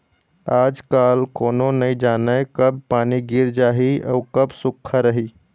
आजकाल कोनो नइ जानय कब पानी गिर जाही अउ कब सुक्खा रही